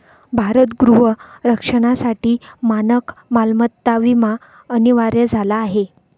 भारत गृह रक्षणासाठी मानक मालमत्ता विमा अनिवार्य झाला आहे